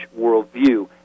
worldview